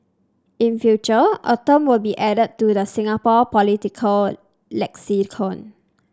in future a term will be added to the Singapore political lexicon